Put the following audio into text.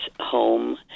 home